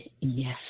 yes